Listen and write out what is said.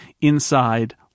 inside